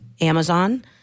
Amazon